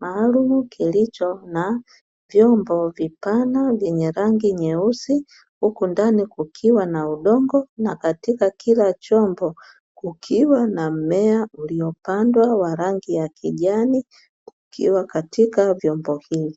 maalumu kilicho na vyombo vipana vyenye rangi nyeusi huku ndani kukiwa na udongo, na katika kila chombo kukiwa na mmea uliopandwa wa rangi ya kijani ukiwa katika vyombo vile.